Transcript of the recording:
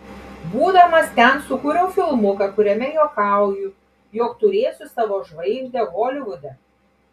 būdamas ten sukūriau filmuką kuriame juokauju jog turėsiu savo žvaigždę holivude